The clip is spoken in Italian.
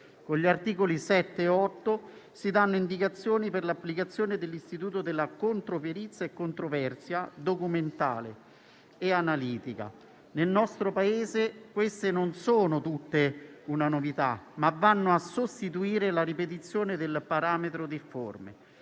Agli articoli 7 e 8 si danno indicazioni per l'applicazione dell'istituto della controperizia e controversia documentale e analitica. Nel nostro Paese queste non sono tutte una novità, ma vanno a sostituire la ripetizione del parametro difforme,